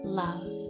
love